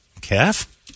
calf